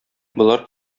болар